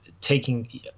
taking